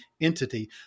entity